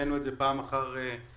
הבאנו את זה פעם אחר פעם.